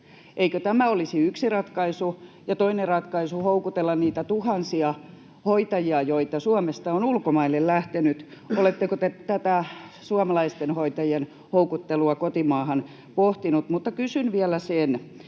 Eikö tämä olisi yksi ratkaisu? Ja toinen ratkaisu olisi houkutella niitä tuhansia hoitajia, joita Suomesta on ulkomaille lähtenyt? Oletteko te tätä suomalaisten hoitajien houkuttelua kotimaahan pohtinut?